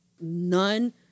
none